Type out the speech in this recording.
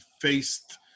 faced